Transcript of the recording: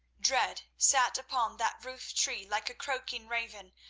dread sat upon that rooftree like a croaking raven,